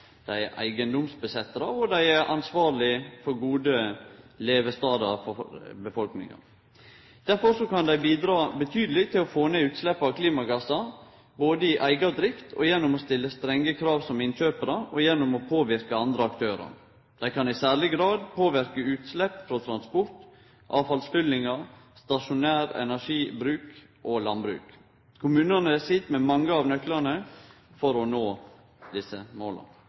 dei er eigedomsinnehavarar, og dei er ansvarlege for gode stader å leve på for befolkninga. Derfor kan dei bidra betydeleg til å få ned utsleppa av klimagassar både i eiga drift gjennom å stille strenge krav som innkjøparar, og gjennom å påverke andre aktørar. Dei kan i særleg grad påverke utslepp frå transport, avfallsfyllingar, stasjonær energibruk og landbruk. Kommunane sit med mange av nøklane for å nå desse måla.